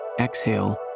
Exhale